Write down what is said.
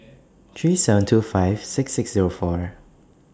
three seven two five six six Zero four